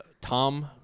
Tom